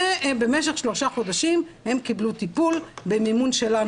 ובמשך שלושה חודשים הם קיבלו טיפול במימון שלנו.